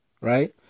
right